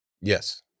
yes